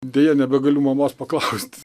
deja nebegaliu mamos paklausti